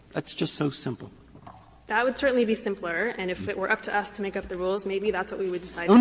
that's just so simple. harrington that would certainly be simpler. and if it were up to us to make up the rules, maybe that's what we would decide. um